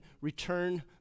return